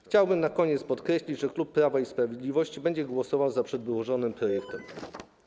Chciałbym na koniec podkreślić, że klub Prawa i Sprawiedliwości będzie głosował za przedłożonym projektem.